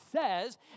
says